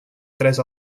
tres